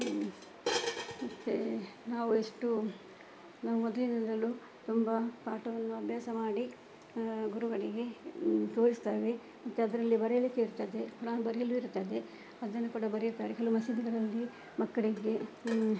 ಮತ್ತೆ ನಾವು ಎಷ್ಟು ನಾವು ಮೊದಲಿನಿಂದಲು ತುಂಬ ಪಾಠವನ್ನು ಅಭ್ಯಾಸ ಮಾಡಿ ಗುರುಗಳಿಗೆ ತೋರಿಸ್ತಾವೆ ಮತ್ತೆ ಅದರಲ್ಲಿ ಬರಿಲಿಕ್ಕೆ ಇರ್ತದೆ ಕುರಾನ್ ಬರೀಲು ಇರ್ತದೆ ಅದನ್ನು ಕೂಡ ಬರಿತಾರೆ ಕೆಲವು ಮಸೀದಿಗಳಲ್ಲಿ ಮಕ್ಕಳಿಗೆ